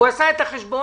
הוא עשה את החשבון,